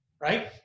Right